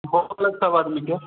हो गेले सब आदमी के